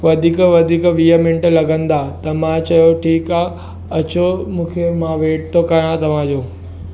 वधीक वधीक वीह मिंट लॻंदा त मां चयो ठीकु आहे अचो मूंखे मां वेट थो कयां तव्हां जो